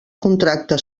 contracte